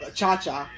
cha-cha